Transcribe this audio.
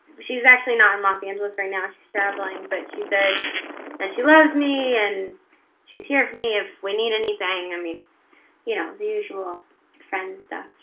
she's actually not in los angeles right now, she's traveling, but she said that she loves me and she's here for me if we need anything. i mean you know the usual friend stuff.